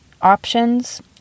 options